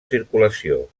circulació